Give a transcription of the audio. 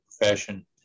profession